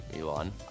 Elon